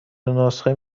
نسخه